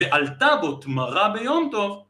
‫ועלתה בו תמרה ביום טוב.